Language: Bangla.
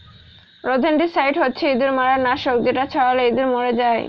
রোদেনটিসাইড হচ্ছে ইঁদুর মারার নাশক যেটা ছড়ালে ইঁদুর মরে যায়